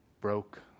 broke